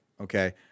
Okay